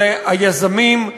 זה היזמים,